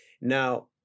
Now